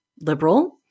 liberal